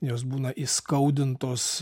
jos būna įskaudintos